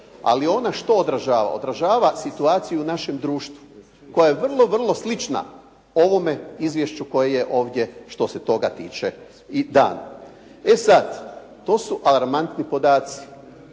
Ali što ona odražava? Odražava situaciju u našem društvu, koja je vrlo, vrlo slična ovome izvješću koji je ovdje što se tiče i dan. E sada, to su alarmantni podaci.